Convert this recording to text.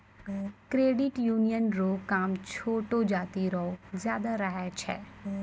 credit union रो काम छोटो जाति रो ज्यादा रहै छै